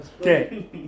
Okay